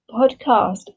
Podcast